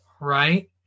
right